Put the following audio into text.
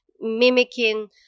mimicking